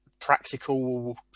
practical